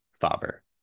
Faber